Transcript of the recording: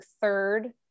third